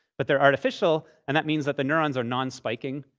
but they're artificial, and that means that the neurons are non-spiking.